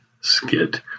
skit